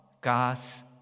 God's